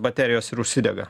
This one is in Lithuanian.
baterijos ir užsidega